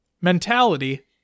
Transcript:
mentality